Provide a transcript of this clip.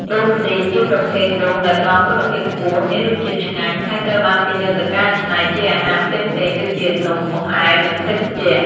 ដូងខ្ទិះ ជាប្រភេទដូងដែលផ្តល់គុណភាពខ្ពស់ មានរសជាតិឆ្ងាញ់ ហើយត្រូវបានគេយកទៅកែច្នៃជាអាហារផ្សេងៗដូចជា នំ បង្អែម និងភេសជ្ជៈ។